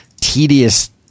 tedious